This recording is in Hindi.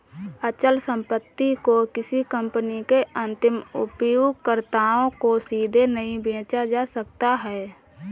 अचल संपत्ति को किसी कंपनी के अंतिम उपयोगकर्ताओं को सीधे नहीं बेचा जा सकता है